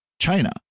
China